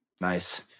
Nice